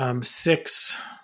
Six